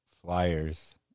flyers